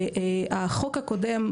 החוק הקודם,